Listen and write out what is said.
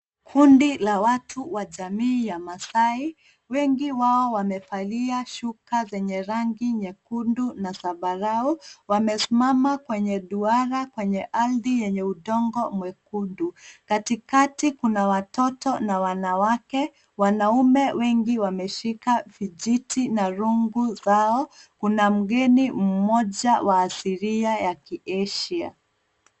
Kundi la watu wa jamii ya wamaasai, wengi wao wamevalia shuka zenye rangi nyekundu na zambarau. Wamesimama kwenye duara kwenye ardhi yenye udongo mwekundu. Katikati kuna watoto na wanawake. Wanaume wengi wameshika vijiti na rungu zao. Kuna mgeni mmoja wa asilia ya Kiasia.